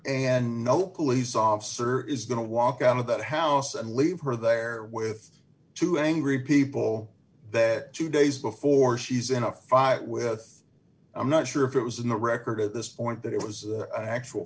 officer is going to walk out of that house and leave her there with two angry people that two days before she's in a fight with i'm not sure if it was in the record at this point that it was an actual